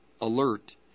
alert